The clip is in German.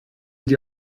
dir